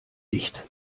nicht